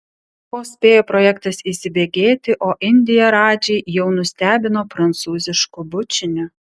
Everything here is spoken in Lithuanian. vos spėjo projektas įsibėgėti o indija radžį jau nustebino prancūzišku bučiniu